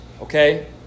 okay